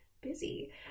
busy